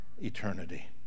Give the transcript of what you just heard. eternity